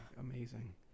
amazing